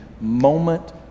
moment